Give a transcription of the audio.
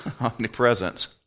omnipresence